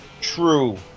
true